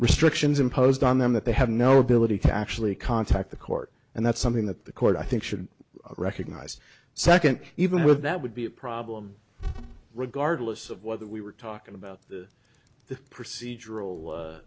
restrictions imposed on them that they have no ability to actually contact the court and that's something that the court i think should recognize second even with that would be a problem regardless of whether we were talking about the procedural